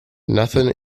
nothing